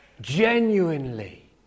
genuinely